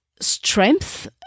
strength